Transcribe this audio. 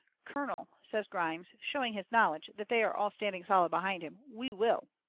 colonel, says grimes, showing his knowledge that they are all standing solid behind him, we will!